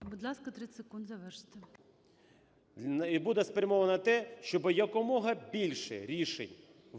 Будь ласка, 30 секунд завершити. ГЕРАСИМОВ А.В. І буде спрямована на те, щоби якомога більше рішень